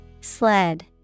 Sled